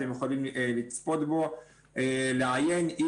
אתם יכולים לצפות בו, לעיין.